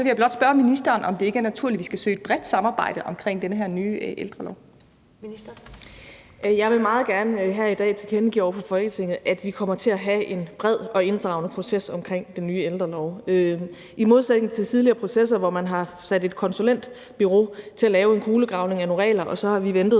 (Karen Ellemann): Ministeren. Kl. 19:35 Social- og ældreministeren (Astrid Krag): Jeg vil meget gerne her i dag tilkendegive over for Folketinget, at vi kommer til at have en bred og inddragende proces omkring den nye ældrelov. I modsætning til tidligere processer, hvor man har sat et konsulentbureau til at lave en kulegravning af nogle regler og vi så har ventet